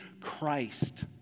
Christ